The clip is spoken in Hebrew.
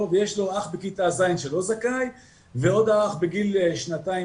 ויש לו אח בכיתה ז' שלא זכאי ועוד אח בגיל שנתיים,